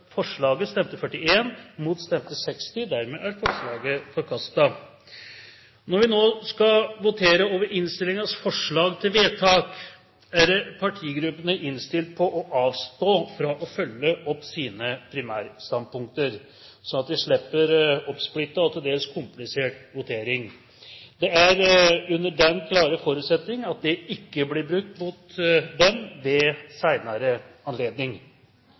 partigruppene innstilt på å avstå fra å følge opp sine primærstandpunkter, slik at vi slipper en oppsplittet og til dels komplisert votering. Dette er under den klare forutsetning at det ikke blir brukt mot dem ved en senere anledning.